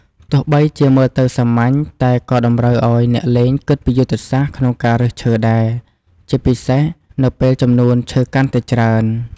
ទោះបីជាមើលទៅសាមញ្ញ តែក៏តម្រូវឲ្យអ្នកលេងគិតពីយុទ្ធសាស្ត្រក្នុងការរើសឈើដែរ ជាពិសេសនៅពេលចំនួនឈើកាន់តែច្រើន។